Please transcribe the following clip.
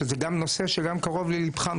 שזה גם נושא שגם קרוב לליבך,